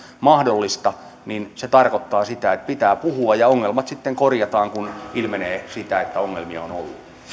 mahdollista niin se tarkoittaa sitä että pitää puhua ja ongelmat sitten korjataan kun ilmenee sitä että ongelmia